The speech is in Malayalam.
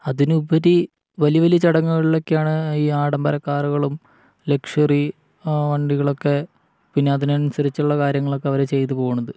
അതിനുപരി വലിയ വലിയ ചടങ്ങുകളിലൊക്കെയാണ് ഈ ആഡംബരക്കാറുകളും ലക്ഷ്യുറി വണ്ടികളൊക്കെ പിന്നെ അതിനനുസരിച്ചുള്ള കാര്യങ്ങളൊക്കെ അവര് ചെയ്തുപോകുന്നത്